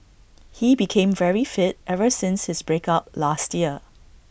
he became very fit ever since his break up last year